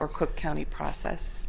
or cook county process